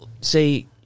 say